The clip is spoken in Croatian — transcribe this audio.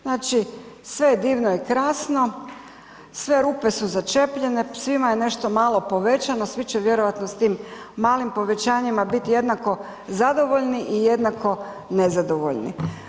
Znači sve je divno i krasno, sve rupe su začepljene, svima je nešto malo povećano, svi će vjerojatno s tim malim povećanjima biti jednako zadovoljni jednako nezadovoljni.